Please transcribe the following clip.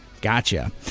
Gotcha